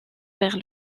vers